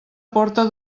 porta